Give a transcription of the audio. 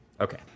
Okay